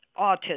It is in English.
autism